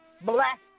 Black